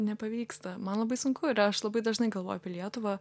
nepavyksta man labai sunku ir aš labai dažnai galvoju apie lietuvą